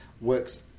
works